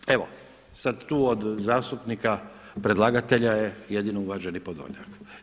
Ja npr., evo sada tu od zastupnika, predlagatelja je jedino uvaženi Podolnjak.